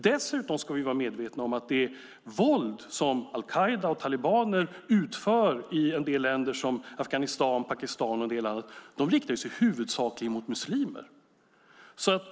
Dessutom ska vi vara medvetna om att det våld som al-Qaida och talibaner utför i en del länder som Afghanistan och Pakistan riktar sig huvudsakligen mot muslimer.